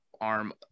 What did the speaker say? arm